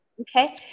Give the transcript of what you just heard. Okay